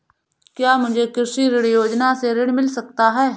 क्या मुझे कृषि ऋण योजना से ऋण मिल सकता है?